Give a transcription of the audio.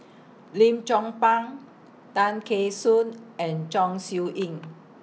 Lim Chong Pang Tay Kheng Soon and Chong Siew Ying